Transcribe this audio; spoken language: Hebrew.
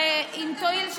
ואם תואיל,